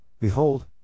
behold